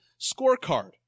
scorecard